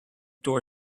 door